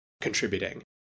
contributing